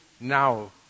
now